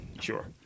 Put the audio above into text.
Sure